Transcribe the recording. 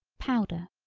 powder,